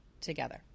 together